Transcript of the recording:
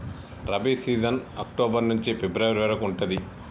rabi season October నుంచి February వరకు ఉంటది